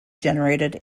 generated